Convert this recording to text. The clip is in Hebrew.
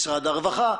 משרד הרווחה,